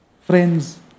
friends